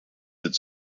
its